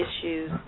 issues